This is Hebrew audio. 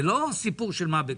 זה לא סיפור של מה בכך.